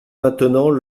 maintenant